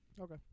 Okay